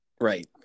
Right